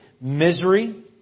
Misery